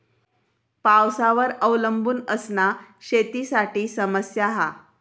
पावसावर अवलंबून असना शेतीसाठी समस्या हा